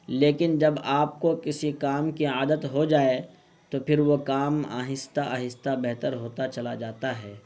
لیکن جب آپ کو کسی کام کی عادت ہو جائے تو پھر وہ کام آہستہ آہستہ بہتر ہوتا چلا جاتا ہے